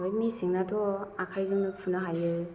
ओमफ्राय मेसेंनाथ' आखायजोंनो फुनो हायो